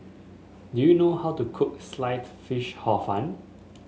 do you know how to cook Sliced Fish Hor Fun